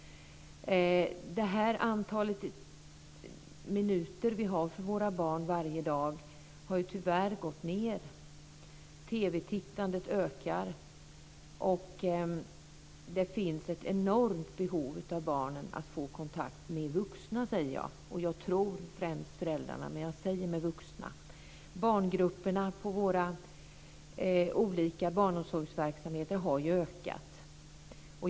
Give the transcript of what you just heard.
Det antal minuter vi har för våra barn varje dag har tyvärr gått ned. TV-tittandet ökar, och det finns ett enormt behov hos barnen att få kontakt med, säger jag, vuxna. Jag tror att det främst gäller föräldrarna, men jag säger vuxna. Barngrupperna på olika barnomsorgsverksamheter har ju ökat.